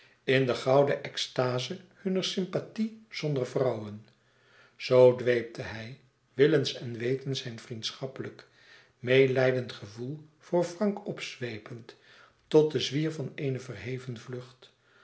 in de gouden extaze hunner sympathie zonder vrouwen zoo dweepte hij willens en wetens zijn vriendschappelijk meêlijdend gevoel voor frank opzweepend tot den zwier van eene verheven vlucht